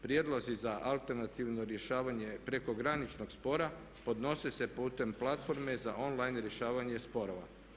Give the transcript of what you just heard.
Prijedlozi za alternativno rješavanje prekograničnog spora podnose se putem platforme za online rješavanje sporova.